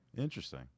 interesting